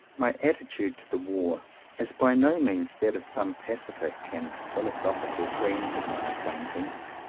my attitude to the war is by no means that of some pacific and philosophical friends of my acquaintance.